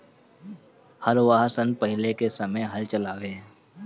हरवाह सन पहिले के समय हल चलावें